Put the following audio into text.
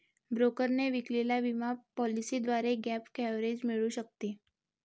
ब्रोकरने विकलेल्या विमा पॉलिसीद्वारे गॅप कव्हरेज मिळू शकते